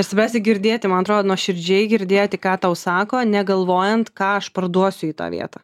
svarbiausia girdėti man atrodo nuoširdžiai girdėti ką tau sako negalvojant ką aš parduosiu į tą vietą